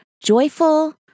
joyful